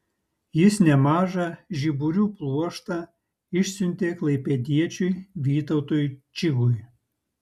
jis nemažą žiburių pluoštą išsiuntė klaipėdiečiui vytautui čigui